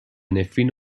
نفرین